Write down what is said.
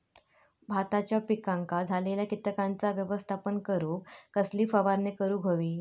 भाताच्या पिकांक झालेल्या किटकांचा व्यवस्थापन करूक कसली फवारणी करूक होई?